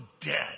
dead